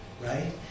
Right